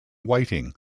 whiting